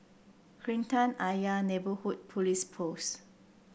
Kreta Ayer Neighbourhood Police Post